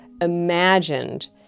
imagined